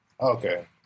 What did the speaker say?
Okay